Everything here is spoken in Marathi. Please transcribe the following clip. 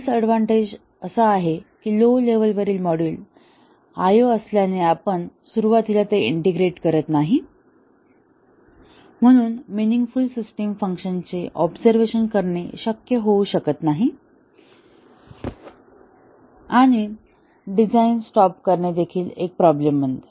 डीसऍडव्हांटेज हा आहे की लो लेव्हलवरील मॉड्यूल IO असल्याने आपण सुरुवातीला ते इंटिग्रेट करत नाही म्हणून मिनिंगफ़ुल सिस्टम फंक्शन्सचे ऑबझर्वेशन करणे शक्य होऊ शकत नाही आणि डिझाइन स्टॉप करणे देखील एक प्रॉब्लेम बनते